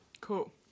cool